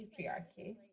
patriarchy